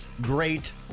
great